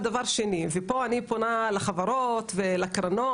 אני מנהל קשרי ממשל במיזם קו-אימפקט שמקדם תעסוקה בחברה